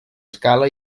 escala